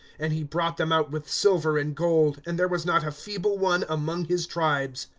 and he brought them out with silver and gold and there was not a feeble one among his tribes.